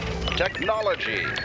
technology